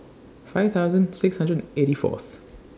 five thousand six hundred eighty Fourth